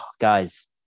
guys